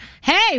hey